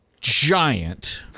giant